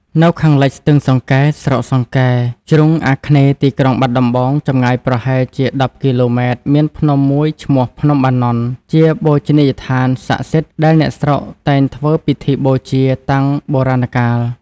នៅខាងលិចស្ទឹងសង្កែ ស្រុកសង្កែ ជ្រុងអាគ្នេយ៍ទីក្រុងបាត់ដំបង ចម្ងាយប្រហែលជា ១០ គីឡូម៉ែត្រ មានភ្នំ មួយឈ្មោះ ភ្នំបាណន់ ជាបូជនីយដ្ឋានសក្តិសិទ្ធិ ដែលអ្នកស្រុកតែងធ្វើពិធីបូជាតាំងបុរាណកាល ។